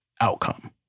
outcome